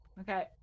okay